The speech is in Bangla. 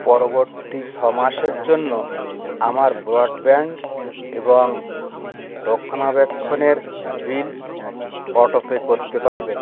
পরবর্তী ছ মাসের জন্য আমার ব্রডব্যান্ড এবং রক্ষণাবেক্ষণের বিল অটোপে করতে পারবেন